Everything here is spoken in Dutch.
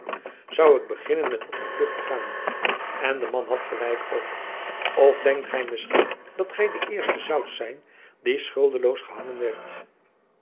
zoû ik beginnen met op de vlucht te gaan en de man had gelijk ook of denkt gy misschien dat gy de eerste zoudt zijn die schuldeloos gehangen werd